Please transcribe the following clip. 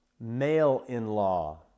male-in-law